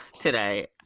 today